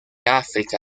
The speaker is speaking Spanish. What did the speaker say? áfrica